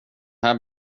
här